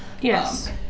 yes